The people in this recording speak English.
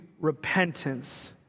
repentance